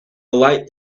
light